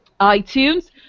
iTunes